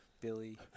Billy